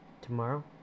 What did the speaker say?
Tomorrow